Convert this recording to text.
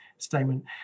statement